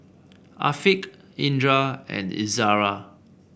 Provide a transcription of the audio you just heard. Afiq Indra and Izara